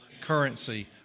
currency